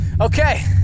Okay